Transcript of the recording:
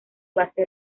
base